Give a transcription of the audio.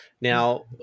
Now